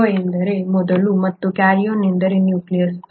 pro ಎಂದರೆ ಮೊದಲು ಮತ್ತು ಕ್ಯಾರಿಯನ್ ಎಂದರೆ ನ್ಯೂಕ್ಲಿಯಸ್